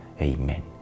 Amen